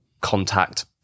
contact